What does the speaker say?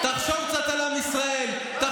למה ילד